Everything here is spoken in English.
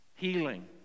Healing